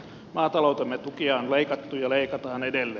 maataloutemme tukia on leikattu ja leikataan edelleen